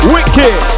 Wicked